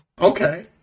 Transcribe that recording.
Okay